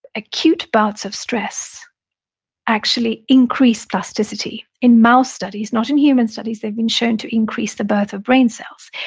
acute bouts of stress actually increase plasticity in mouse studies, not in human studies, they've been shown to increase the birth of brain cells.